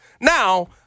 Now